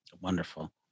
Wonderful